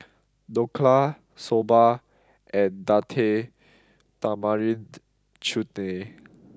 Dhokla Soba and Date Tamarind Chutney